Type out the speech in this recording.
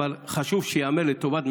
אבל חשוב שייאמר לטובת,